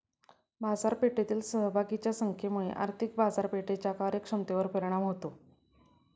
बाजारपेठेतील सहभागींच्या संख्येमुळे आर्थिक बाजारपेठेच्या कार्यक्षमतेवर परिणाम होतो